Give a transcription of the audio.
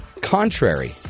contrary